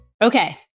Okay